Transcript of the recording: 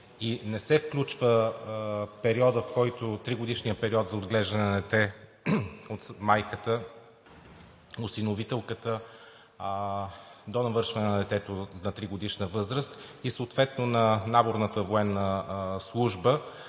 и не се включва тригодишният период за отглеждане на дете от майката, осиновителката до навършване на детето на тригодишна възраст, съответно на наборната военна служба